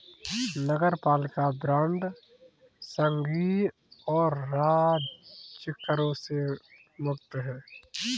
नगरपालिका बांड संघीय और राज्य करों से मुक्त हैं